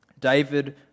David